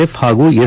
F ಹಾಗೂ S